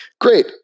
great